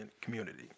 community